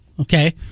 Okay